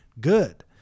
good